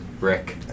Rick